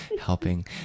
helping